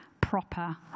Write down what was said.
proper